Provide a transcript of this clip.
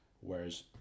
whereas